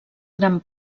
gran